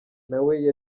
nawe